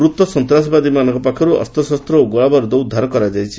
ମୃତ ସନ୍ତାସବାଦୀମାନଙ୍କ ପାଖରୁ ଅସ୍ତଶସ୍ତ ଓ ଗୋଳାବାରୁଦ ଉଦ୍ଧାର କରାଯାଇଛି